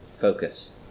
focus